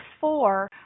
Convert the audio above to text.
four